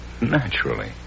Naturally